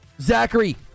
Zachary